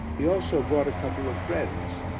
he also brought a couple of friends,